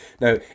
Now